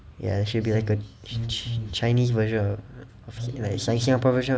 ya it should be like a chi~ chinese version it's like singaporean ver~